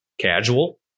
casual